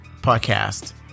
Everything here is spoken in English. podcast